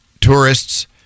tourists